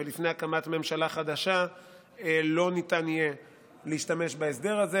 ולפני הקמת ממשלה חדשה לא ניתן יהיה להשתמש בהסדר הזה.